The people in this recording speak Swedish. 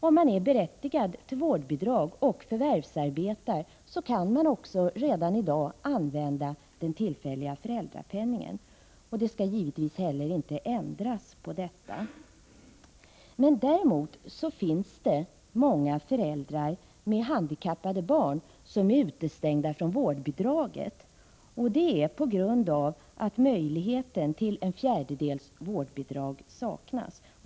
Om man är berättigad till vårdbidrag och förvärvsarbetar, så kan man också redan i dag använda den tillfälliga föräldrapenningen. Givetvis skall man inte ändra på detta. Däremot finns det många föräldrar med handikappade barn som är utestängda från vårdbidraget, på grund av att möjligheten till en fjärdedels vårdbidrag saknas.